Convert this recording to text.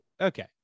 Okay